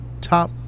top